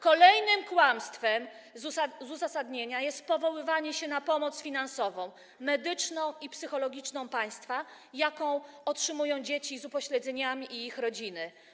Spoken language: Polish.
Kolejnym kłamstwem z uzasadnienia jest powoływanie się na pomoc finansową, medyczną i psychologiczną państwa, jaką otrzymują dzieci z upośledzeniami i ich rodziny.